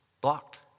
blocked